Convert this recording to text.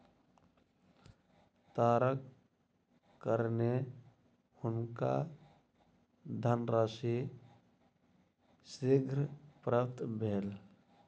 तारक कारणेँ हुनका धनराशि शीघ्र प्राप्त भेल